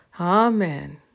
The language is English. Amen